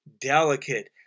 delicate